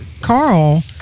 Carl